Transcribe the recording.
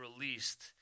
released